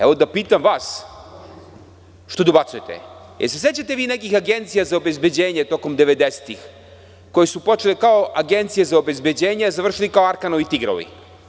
Evo da pitam vas što dobacujete – jel se sećate vi nekih agencija za obezbeđenje tokom 90-ih, koje su počele kao agencije za obezbeđenje a završili kao Arkanovi „Tigrovi“